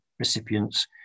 Recipients